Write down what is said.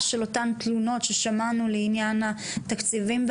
של אותן תלונות ששמענו לעניין התקציבים?